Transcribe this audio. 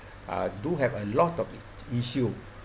uh do have a lot of issue